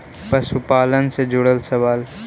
पशुपालन से जुड़ल सवाल?